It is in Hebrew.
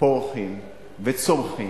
פורחות וצומחות,